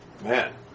Man